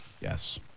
Yes